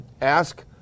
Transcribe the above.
ask